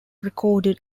recorded